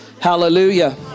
Hallelujah